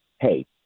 hey